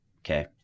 Okay